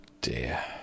dear